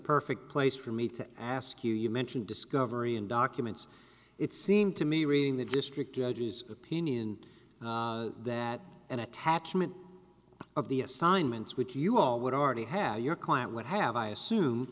perfect place for me to ask you you mentioned discovery in documents it seemed to me reading the district judge's opinion that an attachment of the assignments which you all would already have your client would have i assume